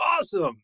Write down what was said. awesome